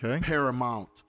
Paramount